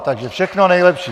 Takže všechno nejlepší.